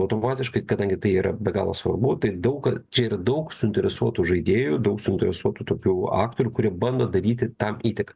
automatiškai kadangi tai yra be galo svarbu tai daug čia yra daug suinteresuotų žaidėjų daug suinteresuotų tokių aktorių kurie bando daryti tą tik